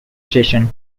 station